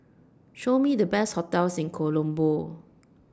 Show Me The Best hotels in Colombo